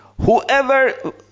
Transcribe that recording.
Whoever